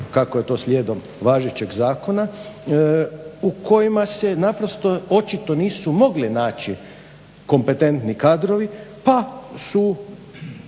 kako je to slijedom važećeg zakona, u kojima se naprosto očito nisu mogli naći kompetentni kadrovi pa su